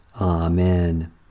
Amen